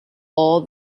all